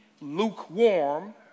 lukewarm